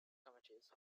committees